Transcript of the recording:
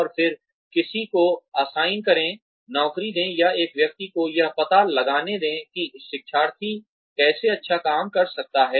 और फिर किसी को असाइन करें नौकरी दें या एक व्यक्ति को यह पता लगाने दें कि शिक्षार्थी कैसे अच्छा काम कर सकता है